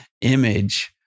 image